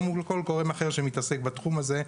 או מול כל גורם אחר שמתעסק בתחום הזה,